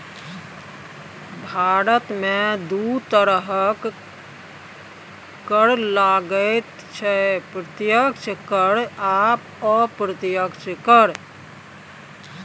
भारतमे दू तरहक कर लागैत छै प्रत्यक्ष कर आ अप्रत्यक्ष कर